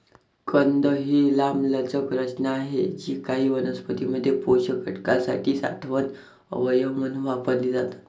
कंद ही लांबलचक रचना आहेत जी काही वनस्पतीं मध्ये पोषक घटकांसाठी साठवण अवयव म्हणून वापरली जातात